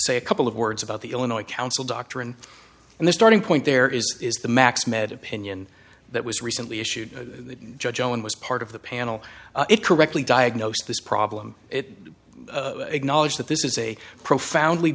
say a couple of words about the illinois council doctrine and the starting point there is is the max med opinion that was recently issued the judge owen was part of the panel it correctly diagnosed this problem it acknowledged that this is a profoundly